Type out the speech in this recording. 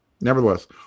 Nevertheless